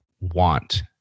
want